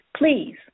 please